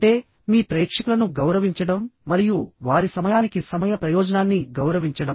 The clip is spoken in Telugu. అంటే మీ ప్రేక్షకులను గౌరవించడం మరియు వారి సమయానికి సమయ ప్రయోజనాన్ని గౌరవించడం